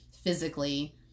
physically